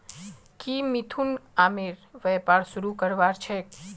की मिथुन आमेर व्यापार शुरू करवार छेक